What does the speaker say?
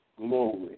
glory